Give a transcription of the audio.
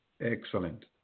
Excellent